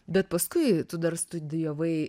bet paskui tu dar studijavai